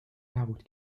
نبود